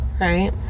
Right